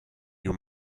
you